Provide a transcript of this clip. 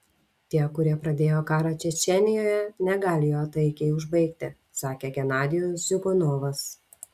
tie kurie pradėjo karą čečėnijoje negali jo taikiai užbaigti sakė genadijus ziuganovas